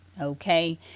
Okay